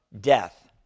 death